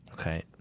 Okay